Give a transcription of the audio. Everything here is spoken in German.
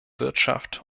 wirtschaft